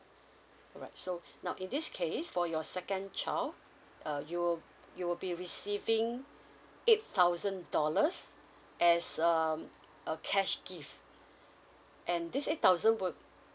alright so now in this case for your second child uh you will you will be receiving eight thousand dollars as um a cash gift and this eight thousand would